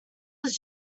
was